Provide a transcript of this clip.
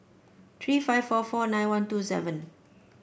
three five four four nine one two seven